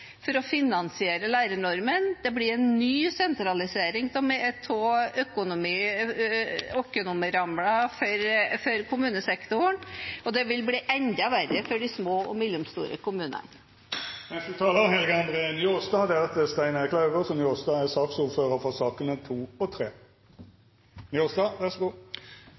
for å finansiere lærernormen. Det blir en ny sentralisering av økonomirammen for kommunesektoren, og det vil bli enda verre for de små og mellomstore kommunene. Det er heilt utruleg å høyra Senterpartiet snakka om at